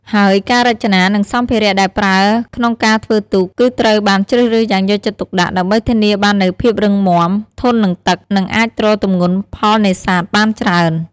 ហើយការរចនា និងសម្ភារៈដែលប្រើក្នុងការធ្វើទូក គឺត្រូវបានជ្រើសរើសយ៉ាងយកចិត្តទុកដាក់ ដើម្បីធានាបាននូវភាពរឹងមាំ ធន់នឹងទឹក និងអាចទ្រទម្ងន់ផលនេសាទបានច្រើន។